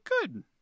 good